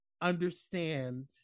understand